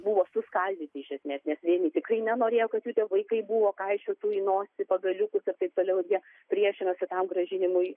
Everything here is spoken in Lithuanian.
buvo suskaldyti iš esmės nes vieni tikrai nenorėjo kad jų tie vaikai buvo kaišiotų į nosį pagaliukus ir taip toliau ir jie priešinosi tam grąžinimui